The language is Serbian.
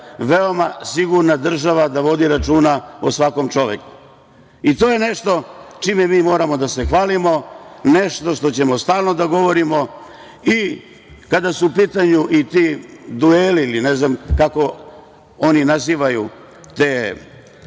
veoma sigurna država i vodi računa o svakom čoveku. To je nešto čime mi moramo da se hvalimo, nešto ćemo stalno da govorimo i kada su u pitanju ti dueli, ili ne znam kako oni nazivaju te